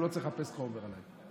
הוא לא צריך לחפש חומר עליי.